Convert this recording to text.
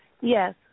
Yes